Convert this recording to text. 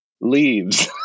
leaves